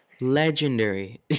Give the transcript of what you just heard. Legendary